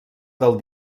del